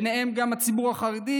ביניהם גם הציבור החרדי,